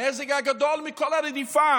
הנזק הגדול מכל הרדיפה